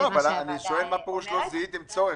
אני שואל מה פרוש לא זיהיתם צורך,